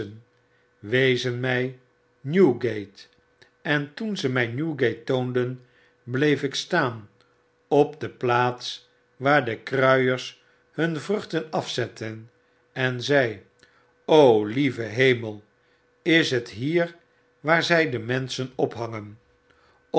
wezen mij newgate en toen ze my newgate toonden bleef ik staan op de plaats waar de kruiers hun vruchten afzetten en zei lieve hemel is het hier waar zij de menschen ophangen